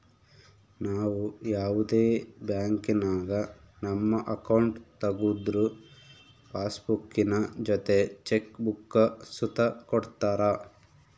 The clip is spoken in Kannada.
ನಾವು ಯಾವುದೇ ಬ್ಯಾಂಕಿನಾಗ ನಮ್ಮ ಅಕೌಂಟ್ ತಗುದ್ರು ಪಾಸ್ಬುಕ್ಕಿನ ಜೊತೆ ಚೆಕ್ ಬುಕ್ಕ ಸುತ ಕೊಡ್ತರ